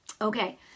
Okay